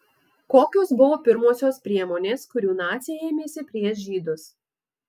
kokios buvo pirmosios priemonės kurių naciai ėmėsi prieš žydus